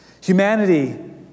Humanity